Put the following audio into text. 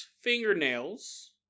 fingernails